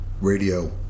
radio